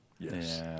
Yes